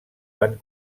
van